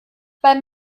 beim